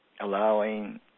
Allowing